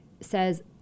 says